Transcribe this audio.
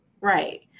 Right